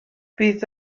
bydd